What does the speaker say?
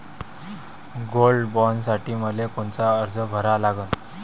Gold बॉण्डसाठी मले कोनचा अर्ज भरा लागन?